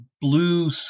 blue